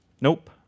nope